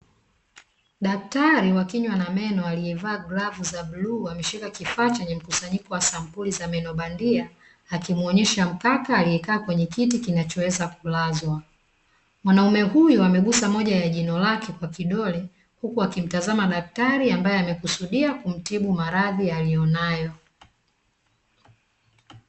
Daktari wa kinywa na meno aliyevaaa glavu za bluu, ameshika kifaa chenye mkusanyiko wa sampuli za meno bandia, akimuonyesha mkaka aliyekaa kwenye kiti kinachoweza kulazwa. Mwanaume huyu amegusa moja ya jino lake kwa kidole, huku akimtazama daktari ambaye amekusudia kumtibu maradhi aliyonayo.